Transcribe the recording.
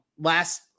last –